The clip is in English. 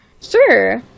Sure